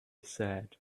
said